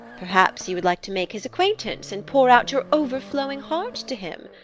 perhaps you would like to make his acquaintance and pour out your overflowing heart to him?